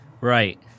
Right